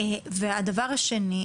והדבר השני,